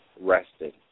rested